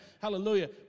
Hallelujah